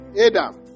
Adam